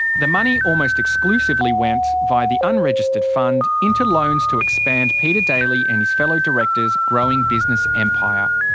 the money almost exclusively went, via the unregistered fund, into loans to expand peter daly and his fellow directors' growing business empire.